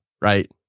right